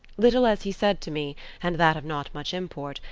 little as he said to me, and that of not much import,